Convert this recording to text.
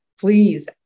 Please